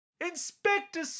Inspector